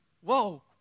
whoa